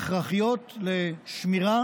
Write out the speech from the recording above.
הכרחיות לשמירה